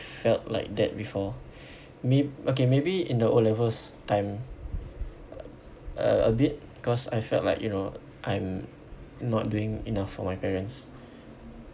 felt like that before may~ okay maybe in the O levels time uh a bit cause I felt like you know I'm not doing enough for my parents